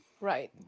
Right